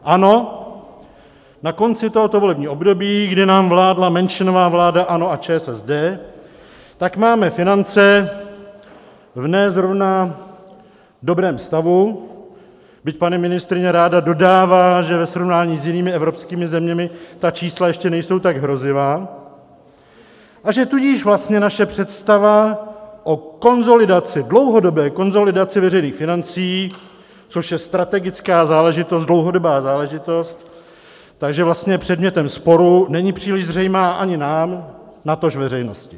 Ano, na konci tohoto volebního období, kdy nám vládla menšinová vláda ANO a ČSSD, tak máme finance v ne zrovna dobrém stavu, byť paní ministryně ráda dodává, že ve srovnání s jinými evropskými zeměmi ta čísla ještě nejsou tak hrozivá, a že tudíž vlastně naše představa o konsolidaci, dlouhodobé konsolidaci veřejných financí, což je strategická záležitost, dlouhodobá záležitost, tak že vlastně je předmětem sporu, není příliš zřejmá ani nám, natož veřejnosti.